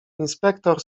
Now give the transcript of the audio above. inspektor